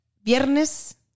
viernes